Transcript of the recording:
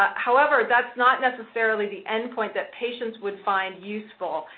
however, that's not necessarily the end point that patients would find useful.